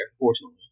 unfortunately